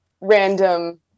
random